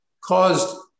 caused